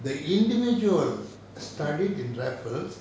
the individual studied in raffles